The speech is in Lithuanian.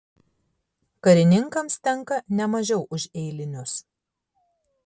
karininkams tenka ne mažiau už eilinius